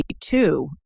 two